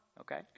Okay